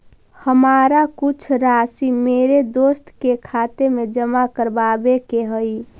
हमारा कुछ राशि मेरे दोस्त के खाते में जमा करावावे के हई